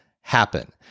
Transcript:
happen